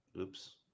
oops